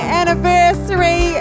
anniversary